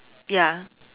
ya